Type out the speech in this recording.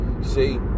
See